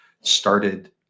started